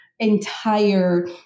Entire